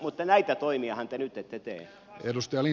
mutta näitä toimiahan te nyt ette tee